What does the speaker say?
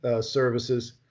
services